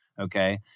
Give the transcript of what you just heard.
okay